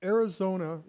Arizona